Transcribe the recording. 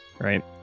right